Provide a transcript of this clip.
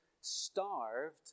starved